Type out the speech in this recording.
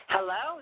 Hello